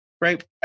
right